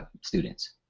students